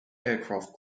aircraft